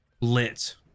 lit